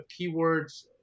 keywords